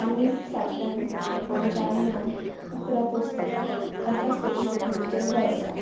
आमी फाटल्यान आमच्या आंगणान कुकडां पोसतात तांकां स्पेशल घूड केल्लो आसा